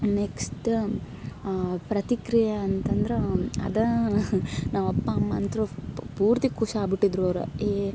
next ಪ್ರತಿಕ್ರಿಯೆ ಅಂತಂದ್ರ ಅದ ನಮ್ಮಪ್ಪ ಅಮ್ಮ ಅಂತ್ರು ಪೂರ್ತಿ ಖುಷಿಯಾಗ್ಬಿಟ್ಟಿದ್ದರು ಅವರು ಈ